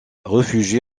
réfugié